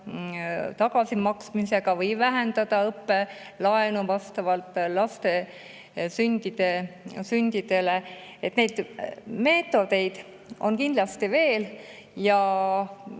tagasimaksmisega või vähendada õppelaenu vastavalt laste sündidele. Neid meetodeid on kindlasti veel.